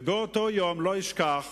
ובאותו יום, לא אשכח